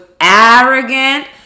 arrogant